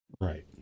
Right